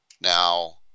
Now